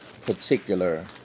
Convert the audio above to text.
particular